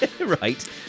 Right